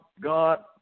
God